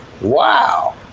wow